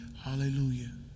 Hallelujah